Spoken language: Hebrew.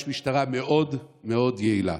יש משטרה מאוד מאוד יעילה.